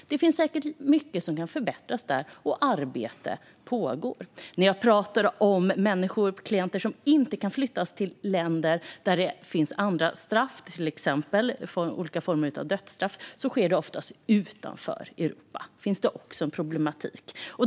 Mycket kan säkert förbättras, och arbete pågår. När jag talade om människor som inte kan flyttas dit där det finns andra straff, till exempel dödsstraff, avsåg jag länder utanför Europa. Här finns också en problematik.